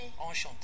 Enchanté